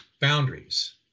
boundaries